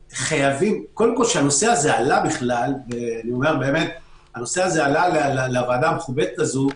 קודם כול שהנושא הזה עלה בכלל לוועדה המכובדת הזאת,